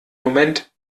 moment